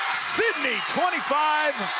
sidney twenty five,